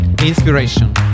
Inspiration